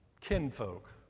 kinfolk